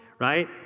right